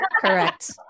correct